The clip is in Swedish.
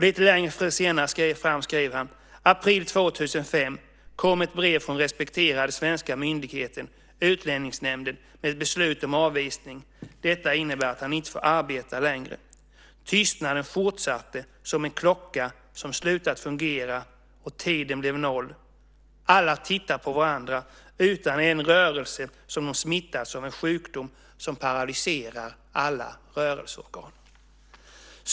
Lite längre fram skriver han: April 2005 kom ett brev från den respekterade svenska myndigheten Utlänningsnämnden med ett beslut om avvisning. Detta innebär att han inte får arbeta längre. Tystnaden fortsatte som en klocka som slutat fungerat och tiden blev noll. Alla tittar på varandra utan en rörelse som om de smittats av en sjukdom som paralyserar alla rörelseorgan.